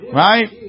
right